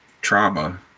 trauma